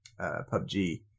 PUBG